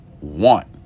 want